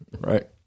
Right